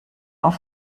auf